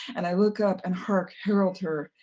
and i look up and hark, herald her,